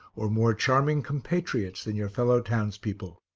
or more charming compatriots than your fellow-townspeople.